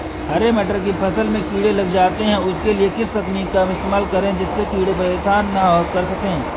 हरे मटर की फसल में कीड़े लग जाते हैं उसके लिए किस तकनीक का इस्तेमाल करें जिससे कीड़े परेशान ना कर सके?